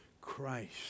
Christ